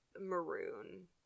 Maroon